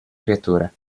creatore